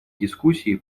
дискуссии